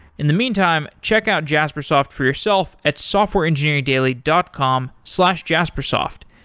in the meantime, check out jaspersoft for yourself at softwareengineeringdaily dot com slash jaspersoft.